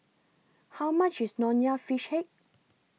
How much IS Nonya Fish Head